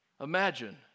Imagine